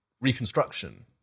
reconstruction